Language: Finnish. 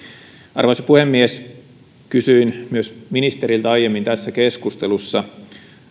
arvoisa puhemies kysyin ministeriltä aiemmin tässä keskustelussa